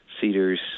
cedars